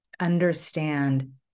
understand